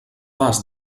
vas